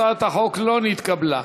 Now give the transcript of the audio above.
הצעת החוק לא נתקבלה.